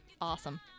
awesome